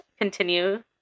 Continue